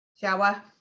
shower